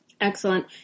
Excellent